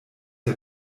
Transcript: der